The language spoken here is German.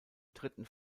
dritten